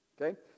okay